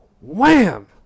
wham